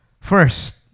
First